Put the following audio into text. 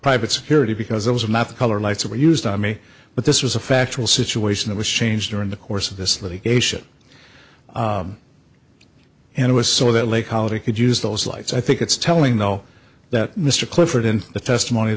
private security because it was not the color lights that were used on me but this was a factual situation that was changed during the course of this litigation and it was so that lay collar could use those lights i think it's telling though that mr clifford in the testimony